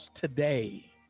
today